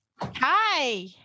Hi